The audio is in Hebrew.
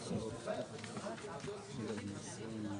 מי נמנע?